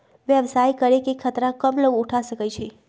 व्यवसाय करे के खतरा कम लोग उठा सकै छै